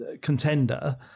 contender